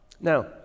Now